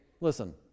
listen